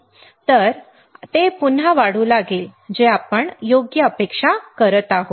आता ते पुन्हा वाढू लागेल जे आपण योग्य अपेक्षा करत आहोत